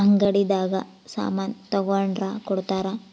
ಅಂಗಡಿ ದಾಗ ಸಾಮನ್ ತಗೊಂಡ್ರ ಕೊಡ್ತಾರ